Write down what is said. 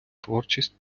творчість